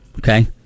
Okay